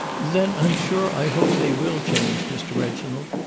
then i'm sure i hope they will change, mr. reginald.